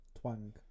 twang